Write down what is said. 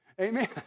Amen